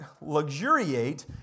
luxuriate